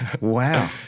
Wow